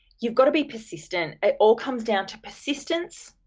you've got to be persistent. it all comes down to persistence,